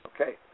Okay